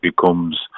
becomes